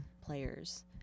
players